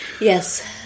Yes